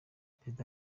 perezida